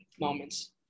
moments